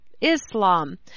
Islam